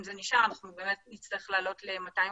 אם זה נשאר נצטרך לעלות ל-250.